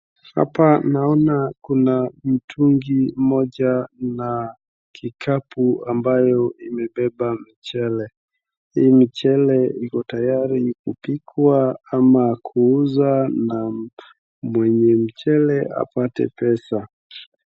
Hapa naona kuna mtungi mmoja na kikapu ambacho kimebeba mchele. Huu mchele uko tayari kupikwa ama kuuzwa na mwenye mchele apate pesa.